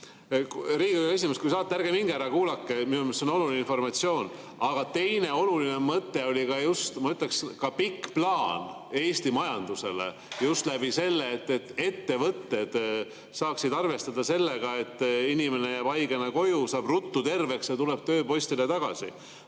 Riigikogu esimees, kui saate, ärge minge ära! Kuulake! Minu meelest on see oluline informatsioon. Teine oluline mõte oli, ma ütleks, pikk plaan Eesti majandusele, just selles mõttes, et ettevõtted saaksid arvestada sellega, et inimene jääb haigena koju, saab ruttu terveks ja tuleb tööpostile tagasi.